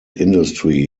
industry